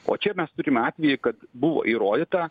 o čia mes turime atvejį kad buvo įrodyta